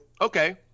okay